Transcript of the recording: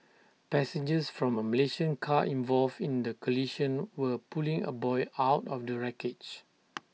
passengers from A Malaysian car involved in the collision were pulling A boy out of the wreckage